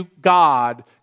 God